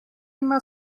ima